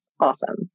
awesome